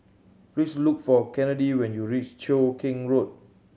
please look for Kennedi when you reach Cheow Keng Road